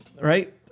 right